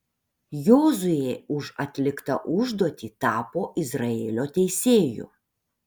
jozuė už atliktą užduotį tapo izraelio teisėju